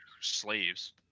slaves